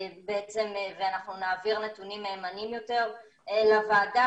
ואנחנו נעביר נתונים מהימנים יותר לוועדה.